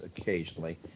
occasionally